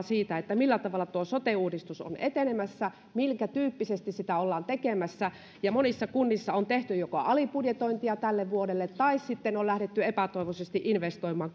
siitä millä tavalla tuo sote uudistus on etenemässä minkä tyyppisesti sitä ollaan tekemässä monissa kunnissa on tehty joko alibudjetointia tälle vuodelle tai sitten on lähdetty epätoivoisesti investoimaan